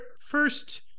first